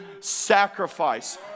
sacrifice